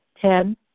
Ten